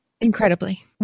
Incredibly